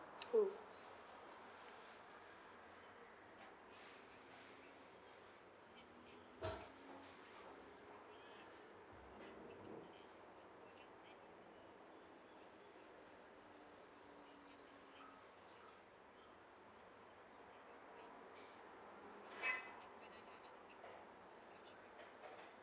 hmm